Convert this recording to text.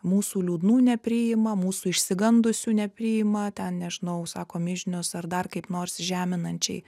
mūsų liūdnų nepriima mūsų išsigandusių nepriima ten nežinau sako myžnius ar dar kaip nors žeminančiai